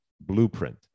blueprint